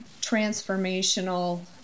transformational